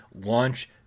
launch